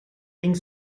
pink